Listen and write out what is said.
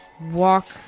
walk